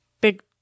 big